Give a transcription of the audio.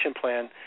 plan